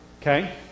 Okay